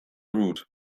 route